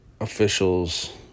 officials